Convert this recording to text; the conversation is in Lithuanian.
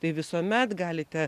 tai visuomet galite